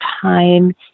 time